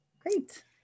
Great